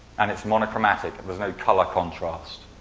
and it's monochromatic, it was no color contrast.